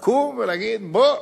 לקום ולהגיד: בוא,